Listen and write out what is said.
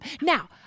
Now